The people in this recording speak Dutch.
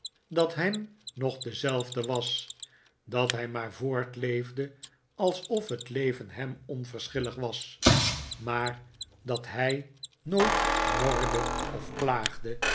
dat ham nog dezelfde was dat hij maar voortleefde alsof het leven hem onverschillig was maar dat hij nooit morde of klaagde